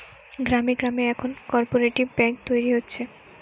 গ্রামে গ্রামে এখন কোপরেটিভ বেঙ্ক তৈরী হচ্ছে